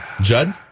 Judd